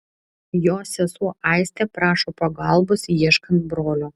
jo sesuo aistė prašo pagalbos ieškant brolio